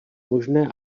možné